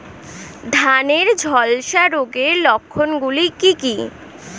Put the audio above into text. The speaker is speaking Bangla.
ধানের ঝলসা রোগের লক্ষণগুলি কি কি?